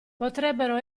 potrebbero